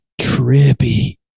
trippy